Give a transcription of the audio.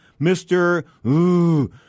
Mr